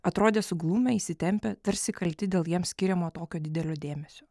atrodė suglumę įsitempę tarsi kalti dėl jiems skiriamo tokio didelio dėmesio